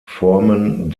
formen